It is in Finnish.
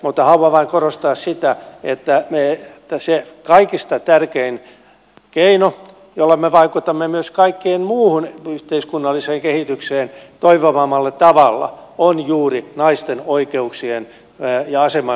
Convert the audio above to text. mutta haluan vain korostaa sitä että se kaikista tärkein keino jolla me vaikutamme myös kaikkeen muuhun yhteiskunnalliseen kehitykseen toivomallamme tavalla on juuri naisten oikeuksien ja aseman vahvistaminen